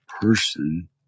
person